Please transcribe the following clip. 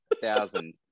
thousand